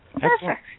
Perfect